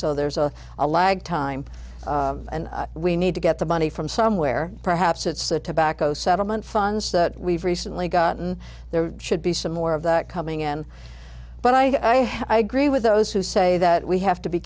so there's a lag time and we need to get the money from somewhere perhaps it's the tobacco settlement funds that we've recently gotten there should be some more of that coming in but i agree with those who say that we have to be